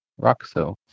Roxo